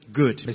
good